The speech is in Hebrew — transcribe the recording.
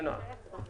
אושרו.